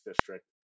district